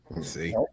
See